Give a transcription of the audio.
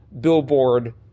Billboard